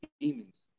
demons